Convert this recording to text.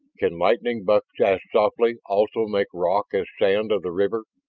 can lightning, buck asked softly, also make rock as sand of the river?